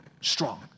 strong